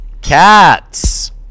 Cats